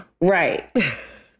Right